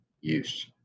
use